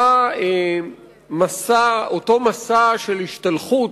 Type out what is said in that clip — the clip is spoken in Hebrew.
אותו מסע של השתלחות